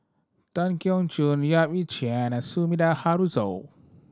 Tan Keong Choon Yap Ee Chian and Sumida Haruzo